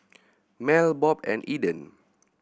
Mel Bob and Eden